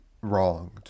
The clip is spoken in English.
wronged